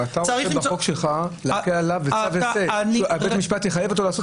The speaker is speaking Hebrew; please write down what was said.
אתה רוצה בחוק שלך, בית משפט יחייב אותו לעשות?